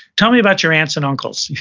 tell me about your aunts and uncles.